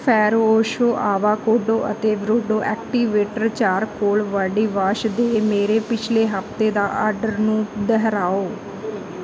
Fresho avocado ਅਤੇ Beardo activated charcoal body wash ਦੇ ਮੇਰੇ ਪਿਛਲੇ ਹਫਤੇ ਦੇ ਆਰਡਰ ਨੂੰ ਦੁਹਰਾਓ